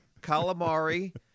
calamari